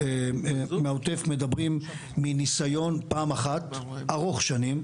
מהעוטף מדברים מניסיון פעם אחת ארוך שנים,